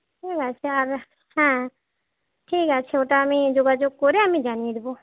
ঠিক আছে আর হ্যাঁ ঠিক আছে ওটা আমি যোগাযোগ করে আমি জানিয়ে দেব